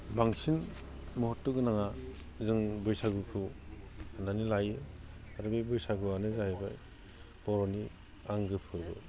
बांसिन महत्त'गोनाङा जों बैसागुखौ साननानै लायो आरो बे बैसागुआनो जाहैबाय बर'नि आंगो फोरबो